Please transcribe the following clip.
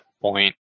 point